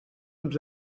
uns